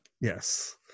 yes